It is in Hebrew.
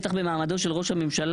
בטח במעמדו של ראש הממשלה,